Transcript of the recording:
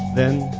then,